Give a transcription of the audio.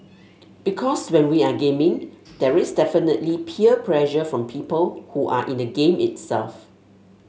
because when we are gaming there is definitely peer pressure from people who are in the game itself